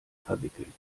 verwickeln